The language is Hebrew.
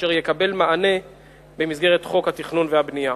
אשר יקבל מענה במסגרת חוק התכנון והבנייה.